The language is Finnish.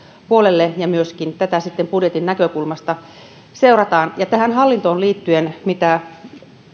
puolelle ja myöskin tätä sitten budjetin näkökulmasta seurataan tähän hallintoon liittyen mitä